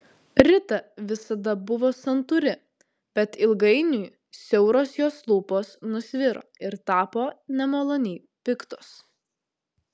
rita visada buvo santūri bet ilgainiui siauros jos lūpos nusviro ir tapo nemaloniai piktos